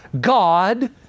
God